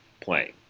playing